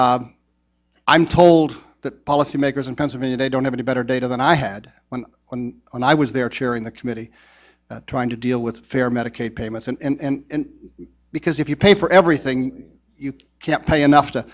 i'm told that policymakers in pennsylvania they don't have any better data than i had when i was there chairing the committee trying to deal with fair medicaid payments and because if you pay for everything you can't pay enough to